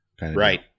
Right